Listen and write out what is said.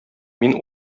мин